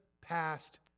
passed